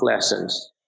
lessons